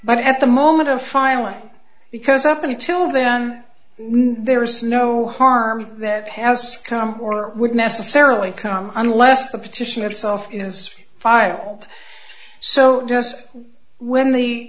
but at the moment of filing because up until then there is no harm that has come or would necessarily come unless the petition itself is filed so just when the